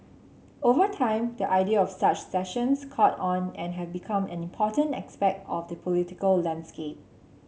over time the idea of such sessions caught on and have become an important aspect of the political landscape